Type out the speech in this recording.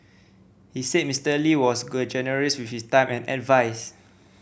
he said Mister Lee was generous with his time and advise